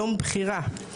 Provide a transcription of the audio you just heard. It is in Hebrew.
כיום בחירה.